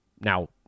Now